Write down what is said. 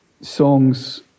songs